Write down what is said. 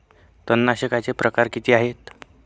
तणनाशकाचे प्रकार किती आहेत?